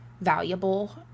valuable